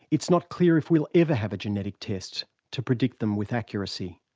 it's not clear if we'll ever have a genetic test to predict them with accuracy.